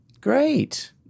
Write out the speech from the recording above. Great